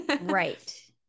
Right